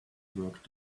work